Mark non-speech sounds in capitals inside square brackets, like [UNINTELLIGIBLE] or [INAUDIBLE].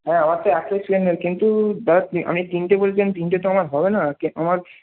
হ্যাঁ আমার তো একটাই সিলিন্ডার কিন্তু দাদা [UNINTELLIGIBLE] আপনি তিনটে বলছেন তিনটে তো আমার হবে না [UNINTELLIGIBLE] আমার